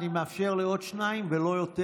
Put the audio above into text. אני מאפשר לעוד שניים ולא יותר,